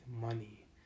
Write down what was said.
money